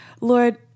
Lord